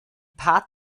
paar